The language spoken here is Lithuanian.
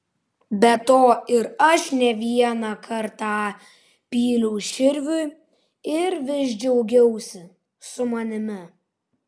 be to ir aš ne vieną kartą pyliau širviui ir vis džiaugiausi su manimi